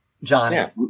John